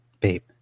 babe